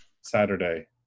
saturday